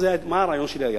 מה היה הרעיון שלי?